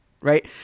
Right